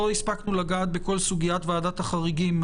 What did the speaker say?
לא הספקנו לגעת בכל סוגיית ועדת החריגים.